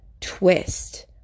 twist